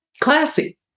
Classy